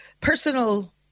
personal